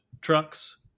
trucks